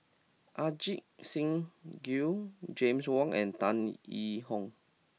Ajit Singh Gill James Wong and Tan Yee Hong